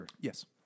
Yes